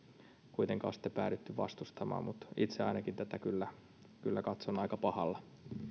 kuitenkaan päädytty vastustamaan mutta itse ainakin tätä kyllä kyllä katson aika pahalla